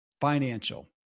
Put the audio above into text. financial